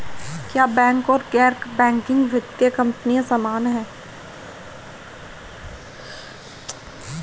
क्या बैंक और गैर बैंकिंग वित्तीय कंपनियां समान हैं?